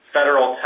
Federal